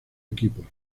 equipos